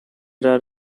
are